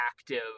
active